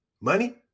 money